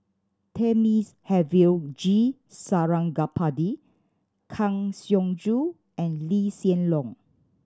Thamizhavel G Sarangapani Kang Siong Joo and Lee Hsien Loong